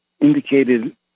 indicated